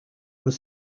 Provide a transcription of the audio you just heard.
was